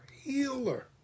healer